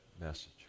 message